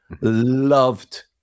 loved